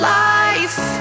life